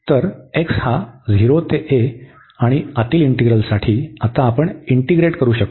तर x हा 0 ते a आणि आतीलसाठी आता आपण इंटीग्रेट करू शकतो